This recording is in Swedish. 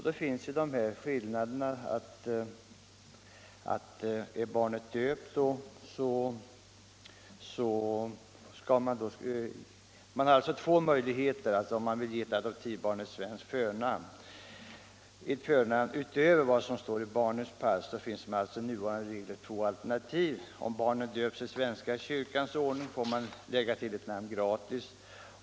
Det finns med nuvarande regler två alternativ om man vill ge ett adoptivbarn ett förnamn utöver vad som står i barnets pass. Om barnet döpts enligt svenska kyrkans ordning, får man lägga till ett namn gratis.